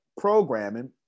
programming